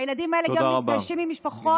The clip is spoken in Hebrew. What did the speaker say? הילדים האלה גם נפגשים עם משפחות יתומים ואחרים.